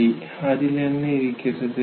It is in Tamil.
சரி அதில் என்ன இருக்கிறது